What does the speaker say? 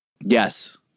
Yes